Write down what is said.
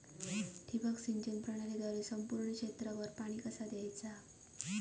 ठिबक सिंचन प्रणालीद्वारे संपूर्ण क्षेत्रावर पाणी कसा दयाचा?